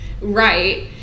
right